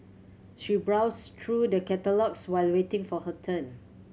she browsed through the catalogues while waiting for her turn